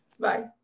Bye